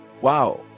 Wow